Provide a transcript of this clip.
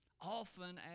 often